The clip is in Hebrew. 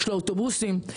אוטובוסים.